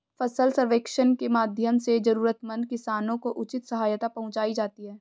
फसल सर्वेक्षण के माध्यम से जरूरतमंद किसानों को उचित सहायता पहुंचायी जाती है